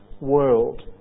world